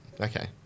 Okay